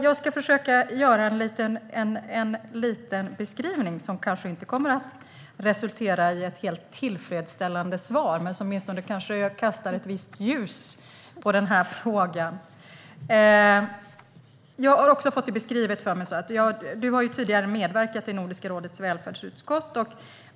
Jag ska försöka göra en liten beskrivning som kanske inte kommer att resultera i ett helt tillfredsställande svar men som kanske åtminstone kastar ett visst ljus på denna fråga. Penilla Gunther har tidigare medverkat i Nordiska rådets välfärdsutskott.